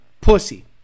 pussy